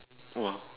!wah!